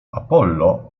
apollo